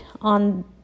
on